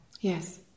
Yes